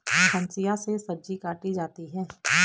हंसिआ से सब्जी काटी जाती है